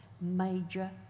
major